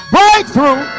Breakthrough